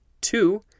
Two